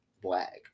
black